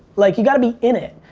like you gotta be in it,